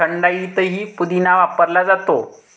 थंडाईतही पुदिना वापरला जातो